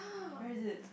where is it